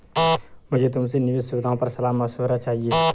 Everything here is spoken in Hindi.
मुझे तुमसे निवेश सुविधाओं पर सलाह मशविरा चाहिए